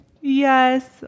Yes